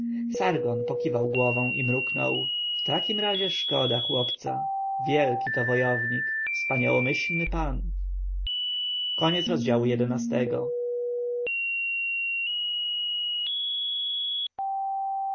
pokiwał głową i mruknął w takim razie szkoda chłopca wielki to wojownik wspaniałomyślny pan